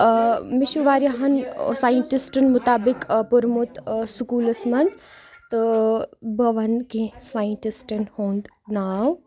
مےٚ چھُ واریاہَن ساینٹِسٹَن مُطابِق پوٚرمُت سکوٗلَس منٛز تہٕ بہٕ وَنہٕ کیٚنٛہہ ساینٹِسٹَن ہُنٛد ناو